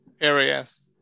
areas